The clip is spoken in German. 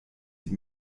die